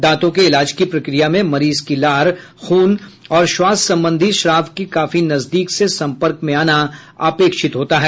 दांतों के इलाज की प्रक्रिया में मरीज की लार खून और श्वास संबंधी स्राव के काफी नजदीक से सम्पर्क में आना अपेक्षित होता है